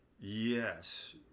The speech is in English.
Yes